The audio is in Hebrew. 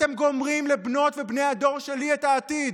אתם גומרים לבנות ובני הדור שלי את העתיד.